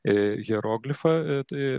e hieroglifą tai